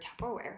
Tupperware